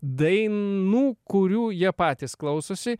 dainų kurių jie patys klausosi